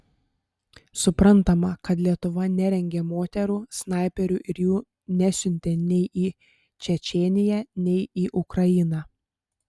suprantama kad lietuva nerengė moterų snaiperių ir jų nesiuntė nei į čečėniją nei į ukrainą